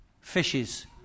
fishes